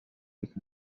avec